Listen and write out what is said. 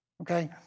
okay